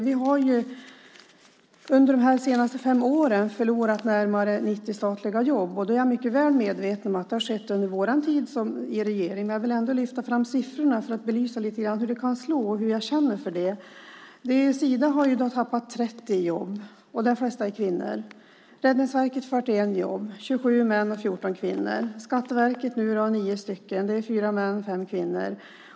Vi har under de senaste fem åren förlorat närmare 90 statliga jobb, och då är jag mycket väl medveten om att det har skett under vår tid i regeringen. Men jag vill ändå lyfta fram siffrorna för att belysa lite grann hur det kan slå. Sida har tappat 30 jobb, och de flesta är kvinnor. Räddningsverket har tappat 41 jobb, och det är 27 män och 14 kvinnor. Skatteverket blir av med 9 jobb, och det är 4 män och 5 kvinnor.